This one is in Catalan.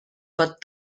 pot